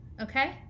okay